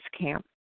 Camp